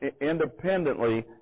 independently